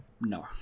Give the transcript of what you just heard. No